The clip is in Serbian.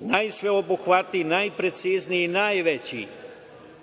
najsveobuhvatniji, najprecizniji i najveći,